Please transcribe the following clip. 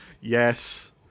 Yes